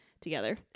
together